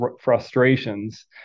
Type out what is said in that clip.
frustrations